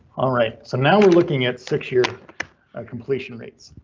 alright, so now we're looking at six year completion rates.